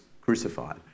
crucified